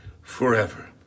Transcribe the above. forever